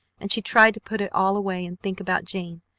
and she tried to put it all away and think about jane,